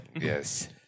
Yes